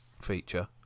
feature